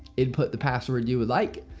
input the password you would like.